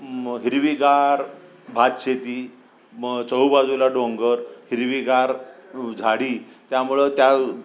म हिरवीगार भातशेती म चहुबाजूला डोंगर हिरवीगार झाडी त्यामुळं त्या